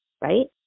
right